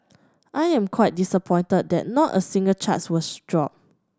I am quite disappointed that not a single charge was dropped